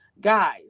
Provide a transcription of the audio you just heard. Guys